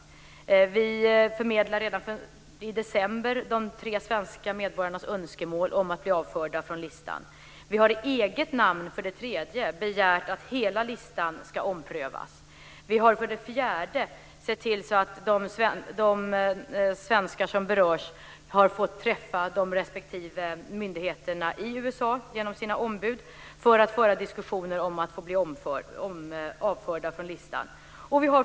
För det andra förmedlade vi redan i december de tre svenska medborgarnas önskemål om att bli avförda från listan. För det tredje har vi i eget namn begärt att hela listan ska omprövas. För det fjärde har vi sett till så att de svenskar som berörs har fått träffa de respektive myndigheterna i USA genom sina ombud för att föra diskussioner om att få bli avförda från listan.